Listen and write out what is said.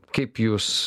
kaip jūs